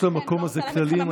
יש למקום הזה כללים,